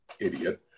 idiot